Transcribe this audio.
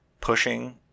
pushing